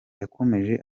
yakomeje